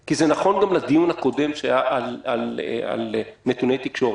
כי זה נכון גם לדיון הקודם שהיה על נתוני תקשורת: